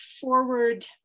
forward